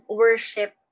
worship